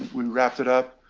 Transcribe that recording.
we wrapped it up.